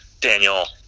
Daniel